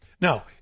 Now